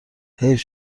حیف